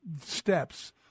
steps